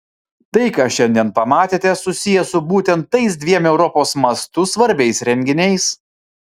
tai ką šiandien pamatėte susiję su būtent tais dviem europos mastu svarbiais renginiais